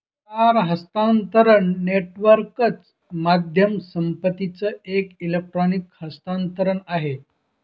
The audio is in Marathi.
तार हस्तांतरण नेटवर्कच माध्यम संपत्तीचं एक इलेक्ट्रॉनिक हस्तांतरण आहे